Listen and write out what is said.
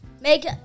make